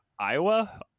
Iowa